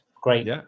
Great